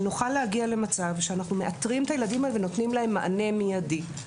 שנוכל להגיע למצב שאנחנו מאתרים את הילדים האלה ונותנים להם מענה מידי.